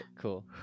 Cool